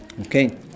Okay